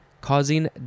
causing